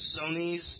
Sony's